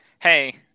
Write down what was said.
hey